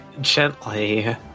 gently